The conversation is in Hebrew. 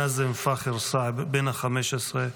נאזם פאח'ר סעב, בן 15,